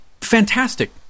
fantastic